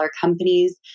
companies